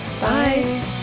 Bye